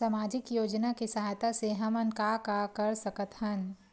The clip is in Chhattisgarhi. सामजिक योजना के सहायता से हमन का का कर सकत हन?